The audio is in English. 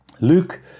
Luke